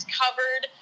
covered